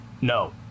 No